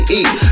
eat